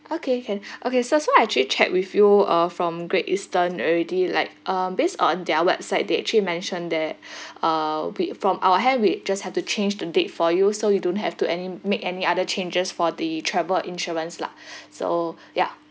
okay can okay so so I actually check with you uh from great eastern already like uh based on their website they actually mentioned that uh we from our hand we just have to change the date for you so you don't have to any make any other changes for the travel insurance lah so ya